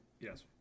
Yes